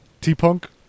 T-Punk